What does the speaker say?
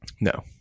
No